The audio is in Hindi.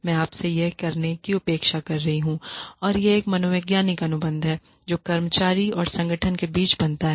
मैं आपसे यह करने की अपेक्षा कर रहा हूं और यह एक मनोवैज्ञानिक अनुबंध है जो कर्मचारी और संगठन के बीच बनता है